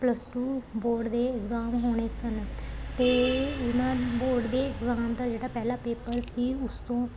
plus two board ਦੇ exam ਹੋਣੇ ਸਨ ਅਤੇ ਉਹਨਾਂ ਬੋਰਡ ਦੇ ਇਗਜ਼ਾਮ ਦਾ ਜਿਹੜਾ ਪਹਿਲਾ ਪੇਪਰ ਸੀ ਉਸ ਤੋਂ